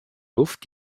luft